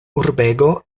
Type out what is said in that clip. urbego